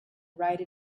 write